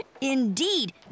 Indeed